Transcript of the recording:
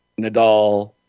Nadal